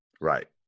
right